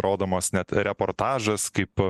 rodomas net reportažas kaip